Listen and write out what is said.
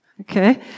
Okay